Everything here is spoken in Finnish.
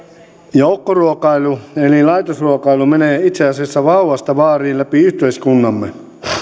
joukkoruokailu eli laitosruokailu menee itse asiassa vauvasta vaariin läpi yhteiskuntamme